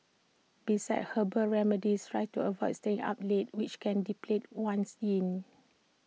besides herbal remedies try to avoid staying up late which can deplete one's yin